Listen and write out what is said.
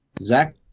Zach